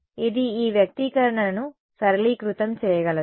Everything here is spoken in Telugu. ఇది ఈ వ్యక్తీకరణను సరళీకృతం చేయగలదా